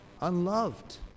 unloved